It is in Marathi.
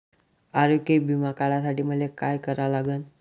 आरोग्य बिमा काढासाठी मले काय करा लागन?